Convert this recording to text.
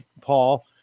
Paul